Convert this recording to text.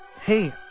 hey